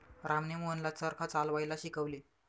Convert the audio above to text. रामने मोहनला चरखा चालवायला शिकवले